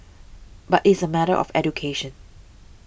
but it's a matter of education